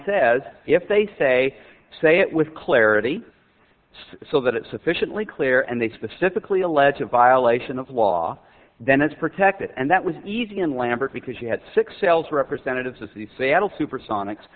says if they say say it with clarity so that it sufficiently clear and they specifically allege of violation of law then it's protected and that was easy in lambert because he had six sales representatives of the seattle supersonics